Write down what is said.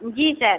जी sir